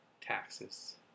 taxes